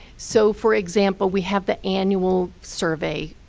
so for example, we have the annual survey